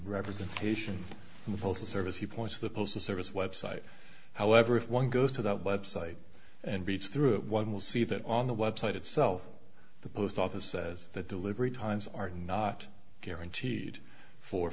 representation in the postal service he points of the postal service website however if one goes to that website and beats through it one will see that on the website itself the post office says that delivery times are not guaranteed for